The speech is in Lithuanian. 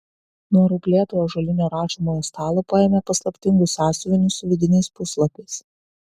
nuo rauplėto ąžuolinio rašomojo stalo paėmė paslaptingus sąsiuvinius su vidiniais puslapiais